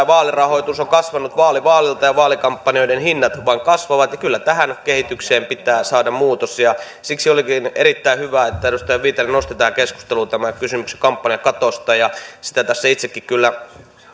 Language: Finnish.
vaalirahoitus on kasvanut vaali vaalilta ja vaalikampanjoiden hinnat vain kasvavat kyllä tähän kehitykseen pitää saada muutos ja siksi olikin erittäin hyvä että edustaja viitanen nosti tähän keskusteluun tämän kysymyksen kampanjakatosta sitä tässä itsekin kyllä